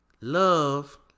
Love